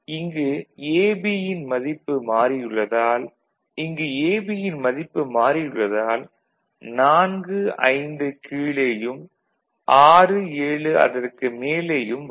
இங்கு AB யின் மதிப்பு மாறியுள்ளதால் 45 கீழேயும் 67 அதற்கு மேலேயும் வரும்